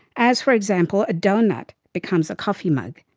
as for example a doughnut becomes a coffee mug.